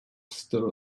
stir